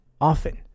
often